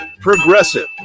progressive